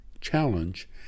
challenge